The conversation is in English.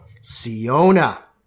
Siona